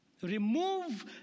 Remove